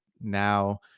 now